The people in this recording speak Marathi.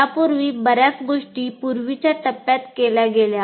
यापूर्वी बर्याच गोष्टी पूर्वीच्या टप्प्यात केल्या गेल्या